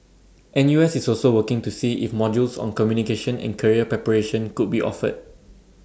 N U S is also working to see if modules on communication and career preparation could be offered